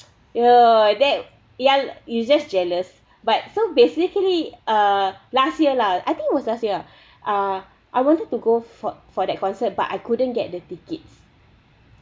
!whoa! that ya you just jealous but so basically uh last year lah I think it was last year ah uh I wanted to go for for that concert but I couldn't get the tickets